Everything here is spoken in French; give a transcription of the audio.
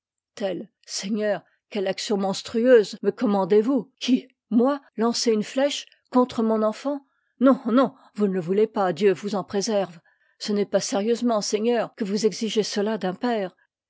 quelle action monstrueuse me commandez-vous qui moi lancer une ûèche contre mon enfant non non vous ne le voulez pas dieu vous en préserve ce n'est pas sérieusement seigneur que vous exigez cela d'un père